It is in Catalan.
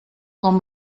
com